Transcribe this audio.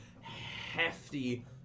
hefty